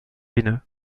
vineux